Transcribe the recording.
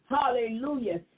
hallelujah